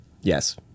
Yes